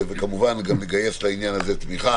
וכמובן שגם נגייס לעניין הזה תמיכה,